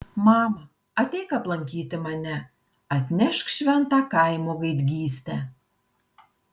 mama ateik aplankyti mane atnešk šventą kaimo gaidgystę